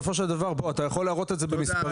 ואנחנו קולטים --- עזוב אותך Hub,